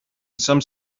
some